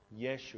Yeshua